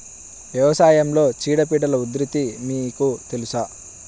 వ్యవసాయంలో చీడపీడల ఉధృతి మీకు తెలుసా?